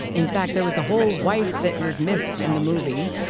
in fact, there was a whole wife that was missed in the movie.